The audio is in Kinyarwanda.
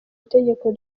itegeko